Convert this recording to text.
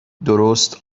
درست